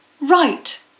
Right